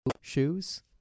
shoes